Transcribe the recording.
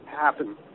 happen